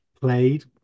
played